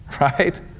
Right